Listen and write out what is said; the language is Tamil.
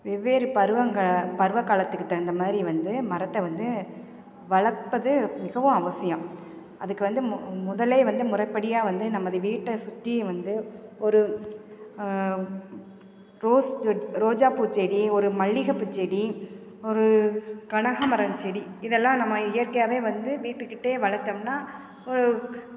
வெவ்வேறு பருவங்க பருவகாலத்துக்கு தகுந்த மாதிரி வந்து மரத்தை வந்து வளர்ப்பது மிகவும் அவசியம் அதுக்கு வந்து மு முதலே வந்து முறைப்படியாக வந்து நமது வீட்டை சுற்றியும் வந்து ஒரு ரோஸ் ஜெட் ரோஜாப்பூ செடி ஒரு மல்லிகைப்பூ செடி ஒரு கனகாம்மரம் செடி இதெல்லாம் நம்ம இயற்கையாகவே வந்து வீட்டுக்கிட்டே வளர்த்தம்னா ஒ